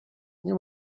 nie